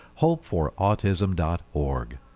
hopeforautism.org